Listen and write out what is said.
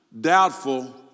doubtful